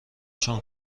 چون